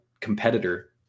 competitor